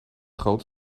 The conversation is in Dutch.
grote